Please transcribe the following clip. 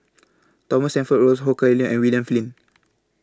Thomas and Ho Kah Leong and William Flint